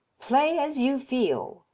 play as you feel,